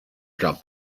drop